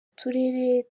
uturere